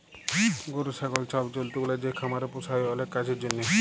গরু, ছাগল ছব জল্তুগুলা যে খামারে পুসা হ্যয় অলেক কাজের জ্যনহে